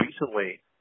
recently